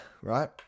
right